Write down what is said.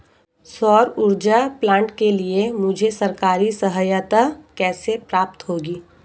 सौर ऊर्जा प्लांट के लिए मुझे सरकारी सहायता कैसे प्राप्त होगी?